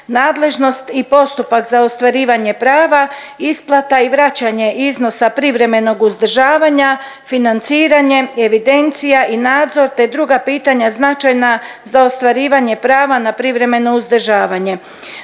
nadležnost i postupak za ostvarivanje prava, isplata i vraćanje iznosa privremenog uzdržavanja, financiranje, evidencija i nadzor te druga pitanja značajna za ostvarivanje prava na privremeno uzdržavanje.